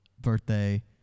birthday